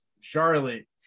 Charlotte